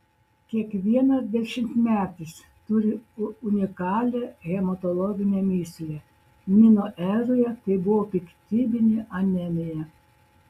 kiekvienas dešimtmetis turi unikalią hematologinę mįslę mino eroje tai buvo piktybinė anemija